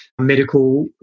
medical